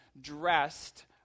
dressed